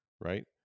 right